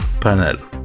panel